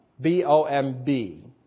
B-O-M-B